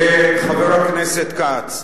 חבר הכנסת כץ,